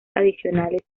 adicionales